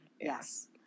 yes